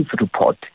report